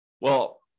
well-